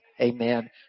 Amen